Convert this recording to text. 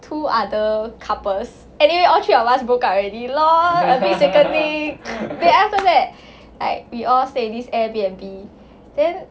two other couples anyway all three of us broke up already lor a bit sickening okay then after that we all stay in this Airbnb then